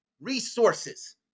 resources